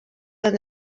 than